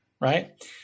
right